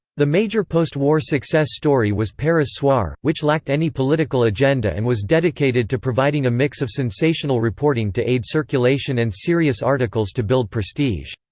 the major postwar success story was paris soir, which lacked any political agenda and was dedicated to providing a mix of sensational reporting to aid circulation and serious articles to build prestige.